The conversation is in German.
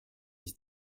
ich